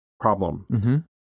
problem